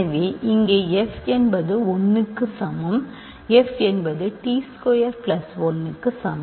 எனவே இங்கே f என்பது 1க்கு சமம் இங்கே f என்பது t ஸ்கொயர் பிளஸ் 1 க்கு சமம்